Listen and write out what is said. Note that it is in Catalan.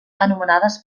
anomenades